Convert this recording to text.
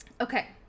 okay